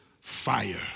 Fire